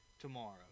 tomorrow